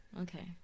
okay